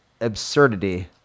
absurdity